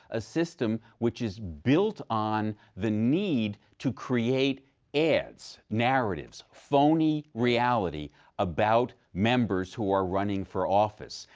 a system which is built on the need to create ads, narratives, phony reality about members who are running for office.